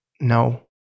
no